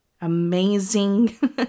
amazing